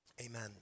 Amen